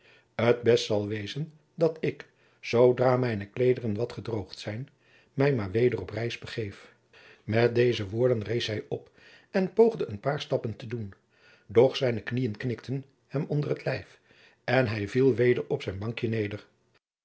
het best zal wezen dat ik zoodra mijne kleederen wat gedroogd zijn mij maar weder op reis begeef met deze woorden rees hij op en poogde een paar stappen te doen doch zijne kniëen knikten hem onder het lijf en hij viel weder op zijn bankje neder